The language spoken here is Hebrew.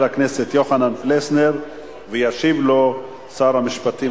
הכנסת יוחנן פלסנר וישיב לו שר המשפטים,